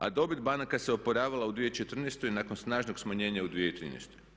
A dobit banaka se oporavila u 2014. nakon snažnog smanjenja u 2013.